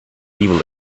evil